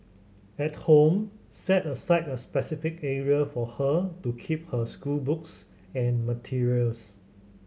at home set aside a specific area for her to keep her schoolbooks and materials